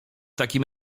takim